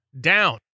down